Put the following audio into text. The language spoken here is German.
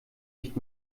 nicht